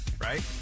right